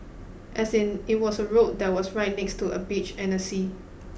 as in it was a road that was right next to a beach and a sea